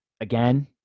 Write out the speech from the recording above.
again